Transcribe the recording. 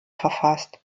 verfasst